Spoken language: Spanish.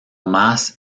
más